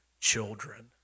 children